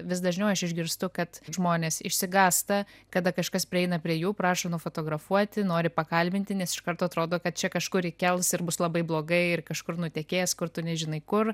vis dažniau aš išgirstu kad žmonės išsigąsta kada kažkas prieina prie jų prašo nufotografuoti nori pakalbinti nes iš karto atrodo kad čia kažkur įkels ir bus labai blogai ir kažkur nutekės kur tu nežinai kur